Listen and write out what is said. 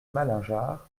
malingear